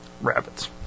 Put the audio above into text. rabbits